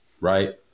right